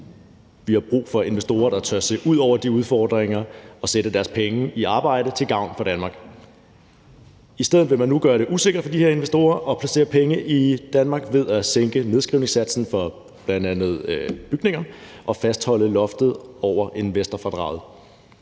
Vi har brug for investorer, der tør se ud over de udfordringer og sætte deres penge i arbejde til gavn for Danmark. I stedet vil man nu gøre det usikkert for de her investorer at placere penge Danmark ved at sænke nedskrivningssatsen for bl.a. bygninger og fastholde loftet over investorfradraget.